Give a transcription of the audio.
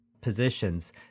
positions